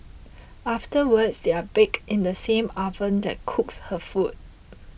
afterwards they are baked in the same oven that cooks her food